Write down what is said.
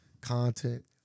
content